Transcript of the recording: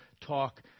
talk